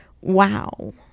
wow